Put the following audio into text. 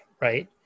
right